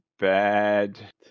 Bad